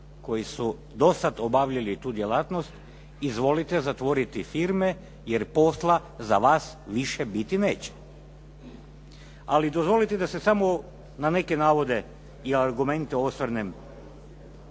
koji su do sad obavljali tu djelatnost, izvolite zatvoriti firme jer posla za vas više biti neće. Ali dozvolite da se samo na neke navode i argumente osvrnem.